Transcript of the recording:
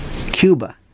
Cuba